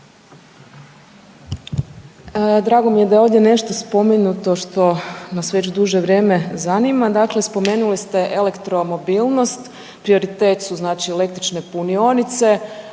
Drago mi je da je ovdje nešto spomenuto što nas već druže vrijeme zanima. Dakle, spomenuli ste elektromobilnost, prioritet su znači električne punionice